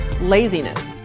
laziness